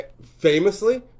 Famously